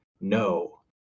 no